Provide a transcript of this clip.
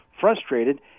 frustrated